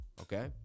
Okay